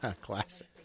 Classic